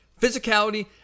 Physicality